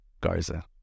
Garza